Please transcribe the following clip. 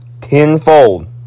tenfold